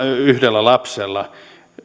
yhdellä lapsella